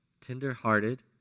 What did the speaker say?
tenderhearted